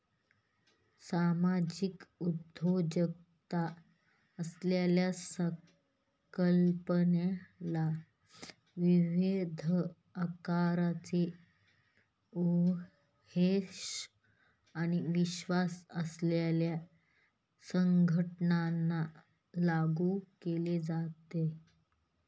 सामाजिक उद्योजकता असलेल्या संकल्पनेला विविध आकाराचे उद्देश आणि विश्वास असलेल्या संघटनांना लागू केले जाते